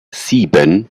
sieben